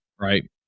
right